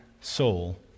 soul